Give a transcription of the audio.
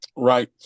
right